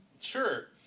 Sure